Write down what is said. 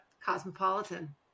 cosmopolitan